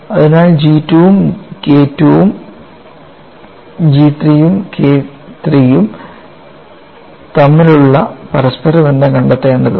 അതിനാൽ GII യും KIIയും GIIIയും KIIIയും തമ്മിലുള്ള പരസ്പരബന്ധം കണ്ടെത്തേണ്ടതുണ്ട്